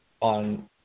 on